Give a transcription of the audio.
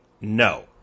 no